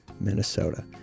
Minnesota